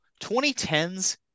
2010s